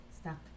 stop